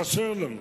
חסר לנו.